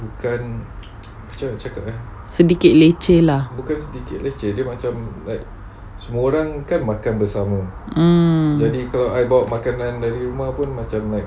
sedikit leceh lah mmhmm